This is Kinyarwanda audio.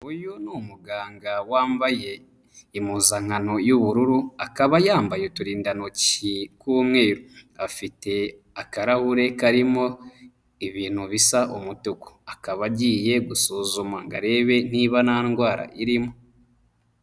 Uyu ni umuganga wambaye impuzankano y'ubururu, akaba yambaye uturindantoki tw'umweru, afite akarahure karimo ibintu bisa umutuku, akaba agiye gusuzuma ngo arebe niba nta ndwara irimo.